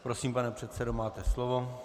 Prosím, pane předsedo, máte slovo.